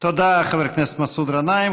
תודה, חבר הכנסת מסעוד גנאים.